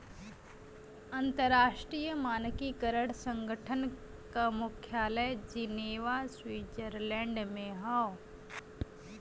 अंतर्राष्ट्रीय मानकीकरण संगठन क मुख्यालय जिनेवा स्विट्जरलैंड में हौ